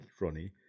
Ronnie